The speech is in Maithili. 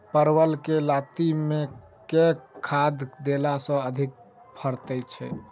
परवल केँ लाती मे केँ खाद्य देला सँ अधिक फरैत छै?